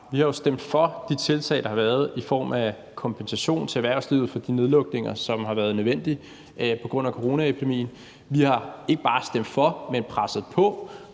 Vi har jo stemt for de tiltag, der har været, i form af kompensation til erhvervslivet for de nedlukninger, som har været nødvendige på grund af coronaepidemien. Vi har ikke bare stemt for, men presset på,